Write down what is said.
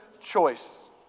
choice